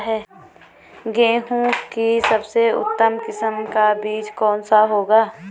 गेहूँ की सबसे उत्तम किस्म का बीज कौन सा होगा?